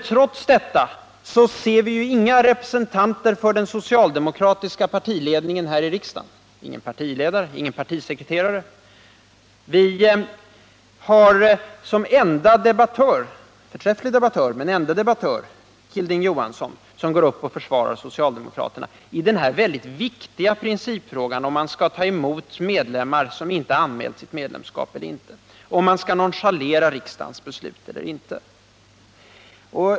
Trots detta ser vi inga representanter för den socialdemokratiska partiledningen här i kammaren — ingen partiledare, ingen partisekreterare. Som enda debattör — om än en förträfflig sådan — går Hilding Johansson upp och försvarar socialdemokraterna i denna väldigt viktiga principfråga som gäller 137 om man skall ta emot medlemmar som inte ansökt om medlemskap eller inte och om man skall nonchalera riksdagens beslut eller inte.